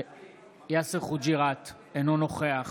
אינו נוכח